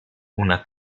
una